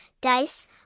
Dice